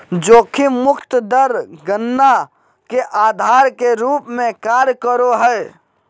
जोखिम मुक्त दर गणना के आधार के रूप में कार्य करो हइ